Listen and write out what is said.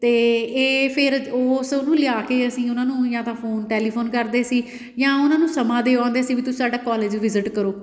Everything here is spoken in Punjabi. ਅਤੇ ਇਹ ਫਿਰ ਉਸ ਉਹਨੂੰ ਲਿਆ ਕੇ ਅਸੀਂਂ ਉਹਨੂੰ ਜਾਂ ਤਾਂ ਫੋਨ ਟੈਲੀਫੋਨ ਕਰਦੇ ਸੀ ਜਾਂ ਉਹਨਾਂ ਨੂੰ ਸਮਾਂ ਦੇ ਆਉਂਦੇ ਸੀ ਵੀ ਤੁਸੀਂ ਸਾਡਾ ਕੋਲਜ ਵਿਜ਼ਿਟ ਕਰੋ